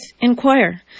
inquire